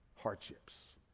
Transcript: hardships